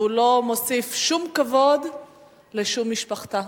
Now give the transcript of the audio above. והוא לא מוסיף שום כבוד לשום משפחה.